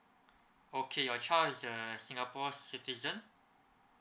okay your child is a singapore citizen